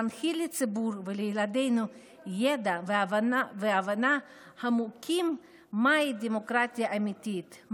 להנחיל לציבור ולילדינו ידע והבנה עמוקים על מהי דמוקרטיה אמיתית,